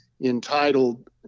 entitled